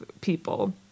people